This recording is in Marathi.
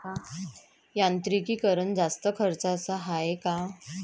यांत्रिकीकरण जास्त खर्चाचं हाये का?